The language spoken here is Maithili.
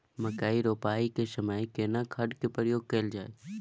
मकई रोपाई के समय में केना खाद के प्रयोग कैल जाय?